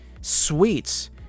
sweets